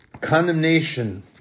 condemnation